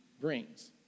brings